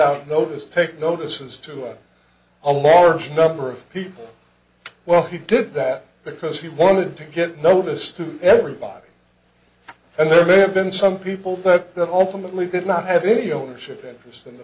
out notice take notices to all more number of people well he did that because he wanted to get noticed to everybody and there may have been some people that the ultimate league did not have any ownership interest in the